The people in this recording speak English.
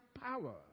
power